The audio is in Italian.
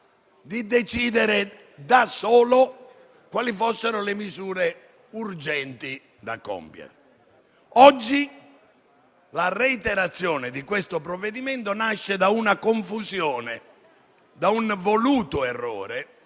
di decidere da solo quali fossero le misure urgenti da compiere. Oggi la reiterazione di questo provvedimento nasce da una confusione e da un voluto errore,